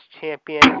champion